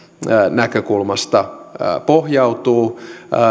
näkökulmasta pohjautuu